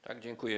Tak, dziękuję.